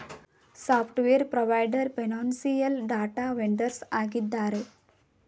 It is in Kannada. software provider, financial data vendors ಆಗಿದ್ದಾರೆ